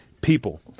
people